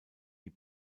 die